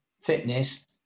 fitness